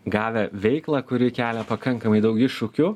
gavę veiklą kuri kelia pakankamai daug iššūkių